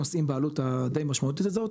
נושאים בעלות הדי משמעותית הזאת,